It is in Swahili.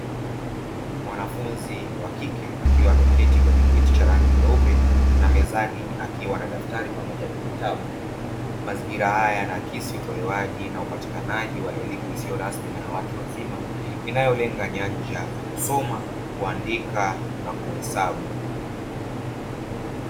Mwanafunzi wa kike akiwa ameketi kwenye kiti cha rangi nyeupe na mezani akiwa na daftari pamoja na kitabu. Mazingira haya yanaakisi utolewaji na upatikanaji wa elimu isiyo rasmi na ya watu wazima inayolenga nyanja za kusoma, kuandika na kuhesabu.